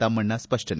ತಮ್ಮಣ್ಣ ಸ್ಪಷ್ಟನೆ